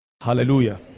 Hallelujah